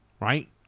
Right